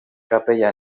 capella